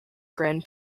grand